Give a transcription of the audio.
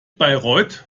bayreuth